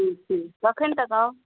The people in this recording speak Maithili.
ठीक छै कखन तक आउ